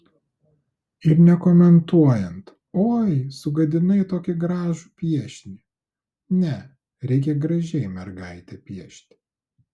ir nekomentuojant oi sugadinai tokį gražų piešinį ne reikia gražiai mergaitę piešti